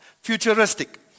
Futuristic